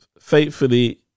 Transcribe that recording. faithfully